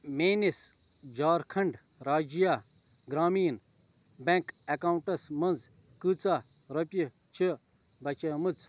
میٛٲنِس Jharkhand Rajya Gramin bank accounts منٛز کۭژاہ رۄپیہِ چھِ بچیٛٲمٕژ